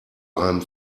einem